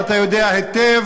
ואתה יודע היטב,